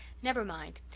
never mind.